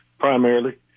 primarily